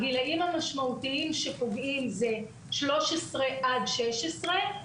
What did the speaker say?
הגילאים המשמעותיים שפוגעים הם 13 עד 16,